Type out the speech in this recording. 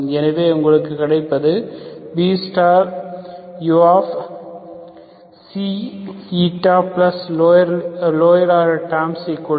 ஆகவே உங்களுக்கு கிடைப்பது Buξηlower order terms0